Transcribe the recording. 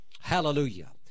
Hallelujah